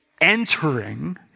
entering